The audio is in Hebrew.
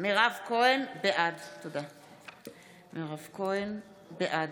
בעד אוסאמה סעדי,